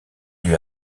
lui